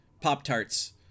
Pop-Tarts